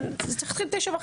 אבל זה צריך להתחיל ב-09:30.